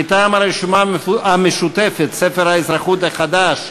מטעם הרשימה המשותפת: ספר האזרחות החדש.